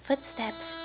Footsteps